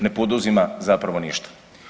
Ne poduzima zapravo ništa.